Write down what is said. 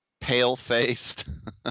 pale-faced